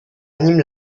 anime